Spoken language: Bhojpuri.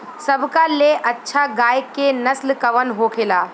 सबका ले अच्छा गाय के नस्ल कवन होखेला?